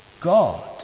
God